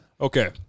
Okay